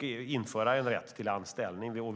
Vi vill införa en rätt till anställning.